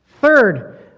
Third